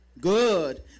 good